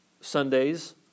Sundays